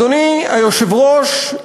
אדוני היושב-ראש,